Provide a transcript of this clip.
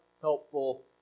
helpful